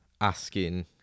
asking